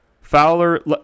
Fowler—